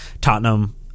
Tottenham